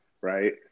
right